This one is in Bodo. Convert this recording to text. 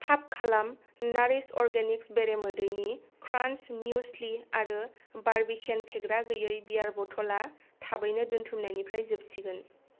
थाब खालाम नारिश अर्गेनिक्स बेरेमोदैनि क्रान्च म्युस्लि आरो बार्बिकेन फेग्रा गैयै बियार बथलआ थाबैनो दोनथुमनायनिफ्राय जोबसिगोन